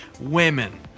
women